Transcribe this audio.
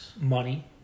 Money